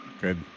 Good